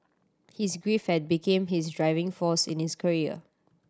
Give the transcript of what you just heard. his grief had became his driving force in his career